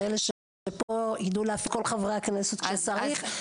שאלה שפה ידעו להפעיל את כל חברי הכנסת שצריך,